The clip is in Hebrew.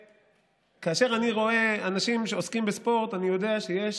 כאשר אני רואה אנשים שעוסקים בספורט אני יודע שיש